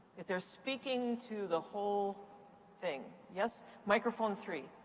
is there speaking to the whole thing? yes? microphone three.